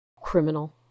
criminal